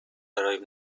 برای